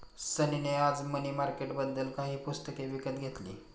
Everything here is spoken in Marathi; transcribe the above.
सनी ने आज मनी मार्केटबद्दल काही पुस्तके विकत घेतली